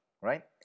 right